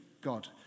God